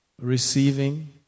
receiving